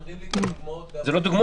נותנים לי את הדוגמאות --- זה לא דוגמאות,